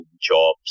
jobs